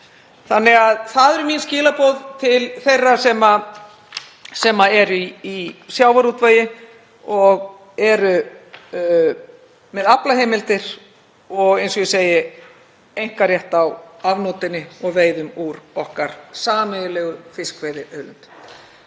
á ykkur. Það eru mín skilaboð til þeirra sem eru í sjávarútvegi og eru með aflaheimildir og, eins og ég segi, einkarétt á afnotum og veiðum úr sameiginlegri fiskveiðiauðlind